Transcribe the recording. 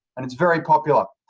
and it's very popular.